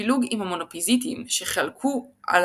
הפילוג עם המונופיזיטים שחלקו על